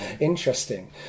interesting